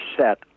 set